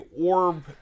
orb